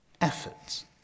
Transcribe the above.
efforts